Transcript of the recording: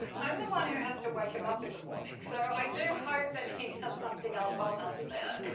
i'm the one who has to wake him up in the morning, so i do hope that he has something else on under there.